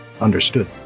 Understood